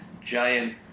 giant